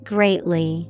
Greatly